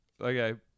okay